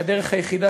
שהדוחות